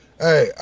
Hey